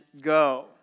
go